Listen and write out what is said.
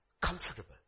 comfortable